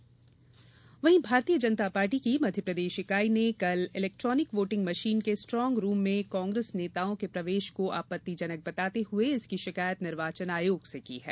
भाजपा शिकायत भारतीय जनता पार्टी की मध्यप्रदेश इकाई ने कल इलेक्ट्रानिक वोटिंग मशीन के स्ट्रांग रूम में कांग्रेस नेताओं के प्रवेश को आपत्तिजनक बताते हुए इसकी शिकायत निर्वाचन आयोग से की है